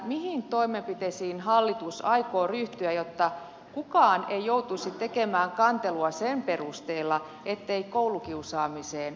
mihin toimenpiteisiin hallitus aikoo ryhtyä jotta kukaan ei joutuisi tekemään kantelua sen perusteella ettei koulukiusaamiseen ole puututtu